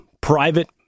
private